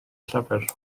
llyfr